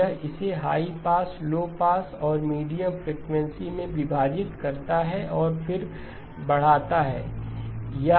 यह इसे high pass low pass और मीडियम फ्रीक्वेंसी में विभाजित करता है और फिर बढ़ाता है या